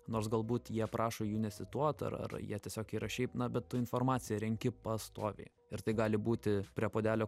nors galbūt jie prašo jų necituot ar ar jie tiesiog yra šiaip na bet tu informaciją renki pastoviai ir tai gali būti prie puodelio